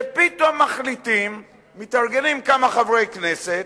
ופתאום מתארגנים כמה חברי כנסת,